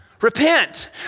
Repent